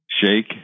shake